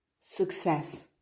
success